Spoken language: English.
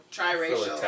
Triracial